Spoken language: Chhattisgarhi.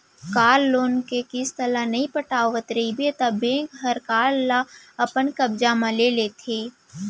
कार लोन के किस्त ल नइ पटावत रइबे त बेंक हर कार ल अपन कब्जा म ले लेथे